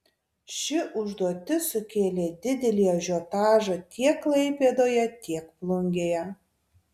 ši užduotis sukėlė didelį ažiotažą tiek klaipėdoje tiek plungėje